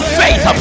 faith